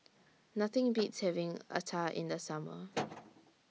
Nothing Beats having Acar in The Summer